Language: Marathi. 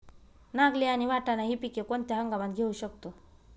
नागली आणि वाटाणा हि पिके कोणत्या हंगामात घेऊ शकतो?